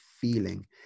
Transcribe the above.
feeling